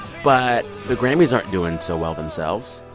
but the grammys aren't doing so well themselves.